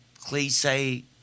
cliche